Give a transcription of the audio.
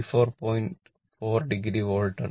4 o volt ആണ്